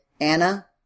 Anna